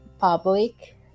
public